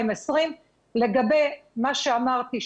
לגבי מה שאמרתי,